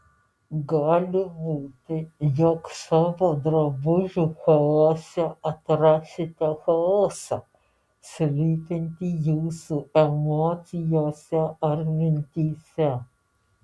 gali būti jog savo drabužių chaose atrasite chaosą slypintį jūsų emocijose ar mintyse